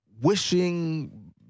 Wishing